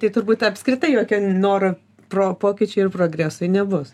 tai turbūt apskritai jokio noro pro pokyčiui ir progresui nebus